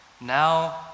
now